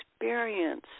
experience